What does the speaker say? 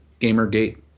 GamerGate